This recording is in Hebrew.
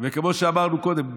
כמו שאמרנו קודם,